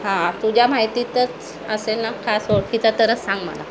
हां तुझ्या माहितीतच असेल ना खास ओळखीचा तरच सांग मला